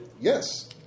Yes